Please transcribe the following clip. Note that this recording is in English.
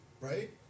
right